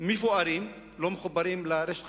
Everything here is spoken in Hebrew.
לא מחוברים לרשת חשמל.